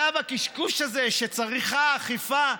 הקשקוש הזה שצריך אכיפה,